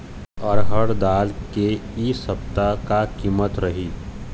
रहड़ दाल के इ सप्ता का कीमत रही?